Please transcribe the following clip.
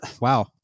Wow